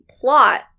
plot